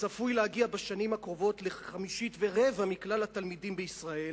וצפוי להגיע בשנים הקרובות לחמישית ולרבע מכלל התלמידים בישראל,